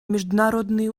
международные